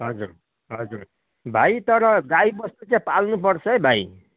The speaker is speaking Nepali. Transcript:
हजुर हजुर भाइ तर गाई बस्तु चाहिँ पाल्नु पर्छ है भाइ